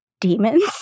demons